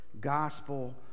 gospel